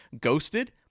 Ghosted